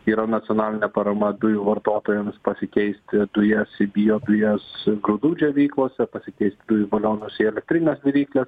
yra nacionalinė parama dujų vartotojams pasikeisti dujas į biodujas grūdų džiovyklose pasikeisti dujų balionus į elektrines virykles